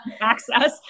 access